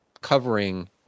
covering